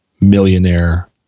millionaire